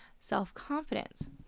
self-confidence